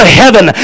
heaven